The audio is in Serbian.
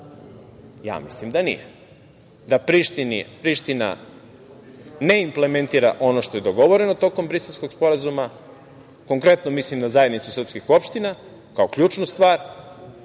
Ja mislim da nije. Da Priština ne implementira ono što je dogovoreno tokom Briselskog sporazuma, konkretno mislim na Zajednicu srpskih opština kao ključnu stvar,